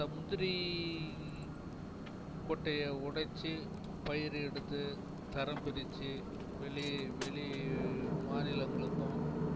இந்த முந்திரி கொட்டையை உடச்சி பயிறு எடுத்து தரம் பிரித்து வெளி வெளி மாநிலங்களுக்கும்